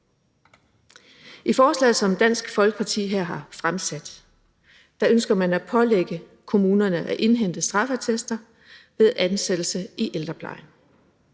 I forslaget, som Dansk Folkeparti her har fremsat, ønsker man at pålægge kommunerne at indhente straffeattester ved ansættelse i ældreplejen.